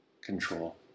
control